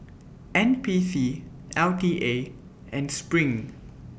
N P C L T A and SPRING